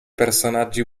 personaggi